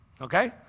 okay